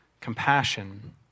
compassion